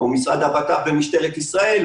כמו המשרד לביטחון פנים ומשטרת ישראל,